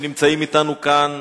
שנמצאים אתנו כאן